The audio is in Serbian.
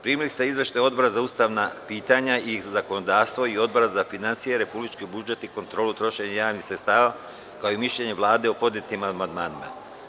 Primili ste izveštaje Odbora za ustavna pitanja i zakonodavstvo i Odbora za finansije, republički budžet i kontrolu trošenja javnih sredstava, kao i mišljenje Vlade o podnetim amandmanima.